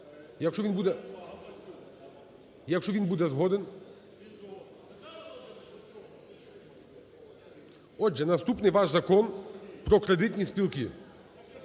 Якщо він буде згоден. Отже, наступний ваш Закон про кредитні спілки.